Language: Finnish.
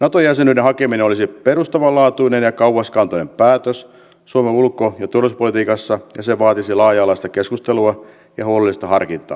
nato jäsenyyden hakeminen olisi perustavanlaatuinen ja kauaskantoinen päätös suomen ulko ja turvallisuuspolitiikassa ja se vaatisi laaja alaista keskustelua ja huolellista harkintaa